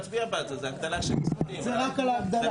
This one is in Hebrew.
ההגדלה של ועדת